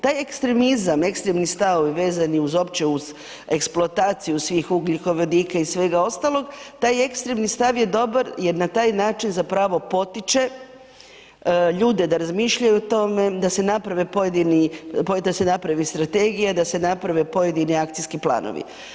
Taj ekstremizam, ekstremni stavovi vezani uz uopće uz eksploataciju svih ugljikovodika i svega ostalog, taj ekstremni stav je dobar jer na taj način zapravo potiče ljude da razmišljaju o tome, da se naprave pojedini, da se napravi strategija, da se naprave pojedini akcijski planovi.